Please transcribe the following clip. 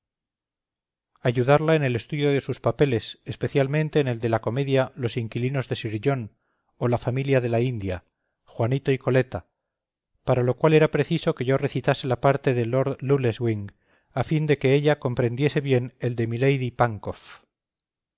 ayudarla en el estudio de sus papeles especialmente en el de la comedia los inquilinos de sir john o la familia de la india juanito y coleta para lo cual era preciso que yo recitase la parte de lord lulleswing a fin de que ella comprendiese bien el de milady